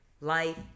life